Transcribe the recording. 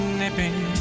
nipping